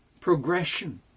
progression